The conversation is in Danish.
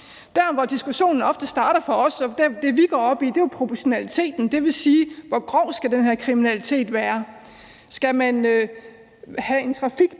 Der, hvor diskussionen ofte starter for os, og det, vi går op i, er proportionaliteten, det vil sige, hvor grov den her kriminalitet skal være. Skal man have fået en trafikbøde,